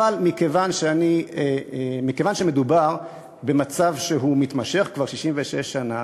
אבל כיוון שמדובר במצב שמתמשך כבר 66 שנה,